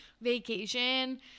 vacation